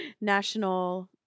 National